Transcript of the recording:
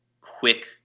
quick